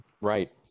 right